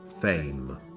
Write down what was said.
fame